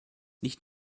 nicht